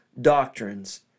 doctrines